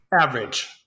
Average